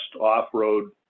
off-road